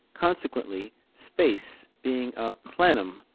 consequently, space being a plenum,